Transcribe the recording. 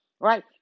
right